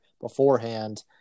beforehand